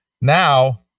Now